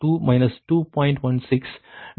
35 ஆகும்